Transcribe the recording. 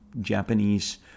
Japanese